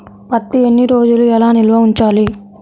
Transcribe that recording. పత్తి ఎన్ని రోజులు ఎలా నిల్వ ఉంచాలి?